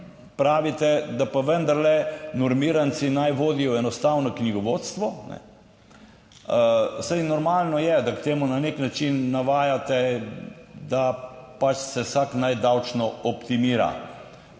pravite, da pa vendar normiranci naj vodijo enostavno knjigovodstvo. Saj, normalno je, da k temu na nek način navajate, da pač se vsak naj davčno optimira,